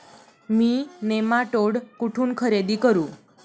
मी nematode कुठून खरेदी करू?